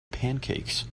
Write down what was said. pancakes